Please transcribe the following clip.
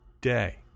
day